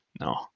no